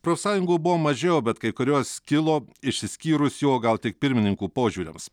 profsąjungų buvo mažiau bet kai kurios skilo išsiskyrusių o gal tik pirmininkų požiūriams